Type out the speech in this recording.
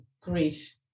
grief